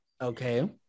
Okay